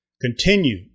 Continue